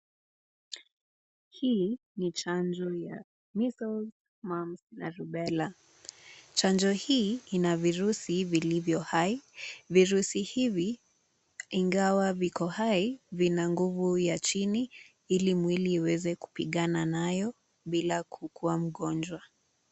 Hii ni chanjo ya measles, mumps na rubela , chanjo hii ina virusi vilivyo hai, virusi hivi, ingawa viko hai, vina nguvu ya chini, ili mwili iweze kupigana nayo bila kukuwa mgongwa.